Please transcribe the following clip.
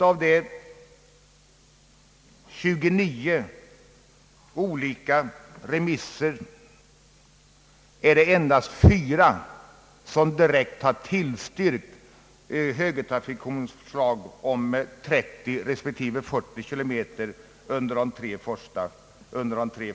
Av de 29 olika remisserna är det endast fyra som direkt har tillstyrkt högertrafikkommissionens förslag om 30 respektive 40 kilometer under de tre första dagarna. Ang.